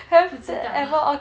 不知道